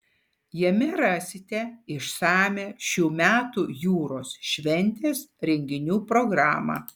jame rasite išsamią šių metų jūros šventės renginių programą